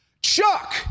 Chuck